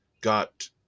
got